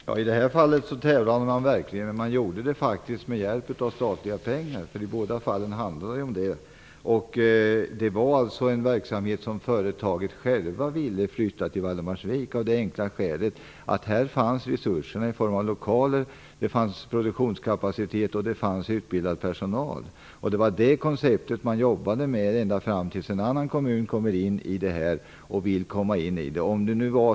Fru talman! I det här fallet tävlade man verkligen, och man gjorde det faktiskt med hjälp av statliga pengar. I båda fallen handlade det om det. Det var alltså en verksamhet som företaget självt ville flytta till Valdemarsvik av det enkla skälet att där fanns resurserna i form av lokaler, produktionskapacitet och utbildad personal. Det var det konceptet man jobbade med ända fram till dess att en annan kommun kom in i detta.